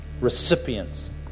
recipients